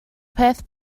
peth